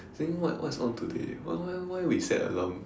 I was thinking what what is on today why why why we set alarm